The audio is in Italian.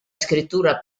scrittura